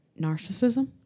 narcissism